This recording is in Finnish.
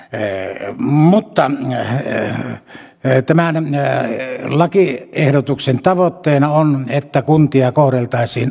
lee ammutaan ja heille että maan ääreen tämän lakiehdotuksen tavoitteena on että kuntia kohdeltaisiin oikeudenmukaisesti